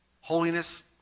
Holiness